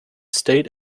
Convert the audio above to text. state